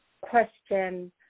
question